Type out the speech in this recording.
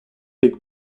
big